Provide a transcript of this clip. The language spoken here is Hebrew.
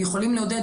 הם יכולים לעודד,